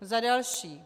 Za další.